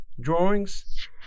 drawings